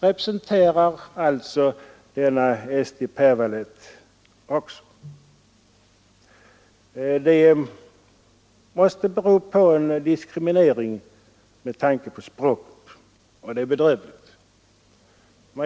Att den inte får sådant bidrag är en diskriminering som måste vara språkligt betingad. Det är ett bedrövligt faktum.